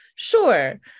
Sure